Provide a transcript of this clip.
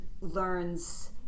learns